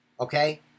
Okay